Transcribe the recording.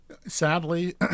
sadly